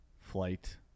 flight